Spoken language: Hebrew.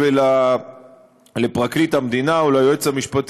ולא לבני הנוער,